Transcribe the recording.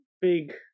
big